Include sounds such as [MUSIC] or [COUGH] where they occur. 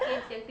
[BREATH]